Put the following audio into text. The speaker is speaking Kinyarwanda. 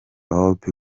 hope